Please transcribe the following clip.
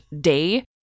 day